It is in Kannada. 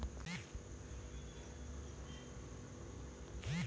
ಜನರಿಗೆ ಸಾಲವನ್ನು ನೀಡಿ ಆದರಿಂದ ಬಡ್ಡಿಯನ್ನು ಪಡೆಯುವ ಮೂಲಕ ಬ್ಯಾಂಕ್ ಲಾಭ ಗಳಿಸುತ್ತದೆ